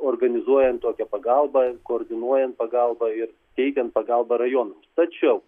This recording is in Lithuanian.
organizuojant tokią pagalbą koordinuojant pagalbą ir teikiant pagalbą rajonam tačiau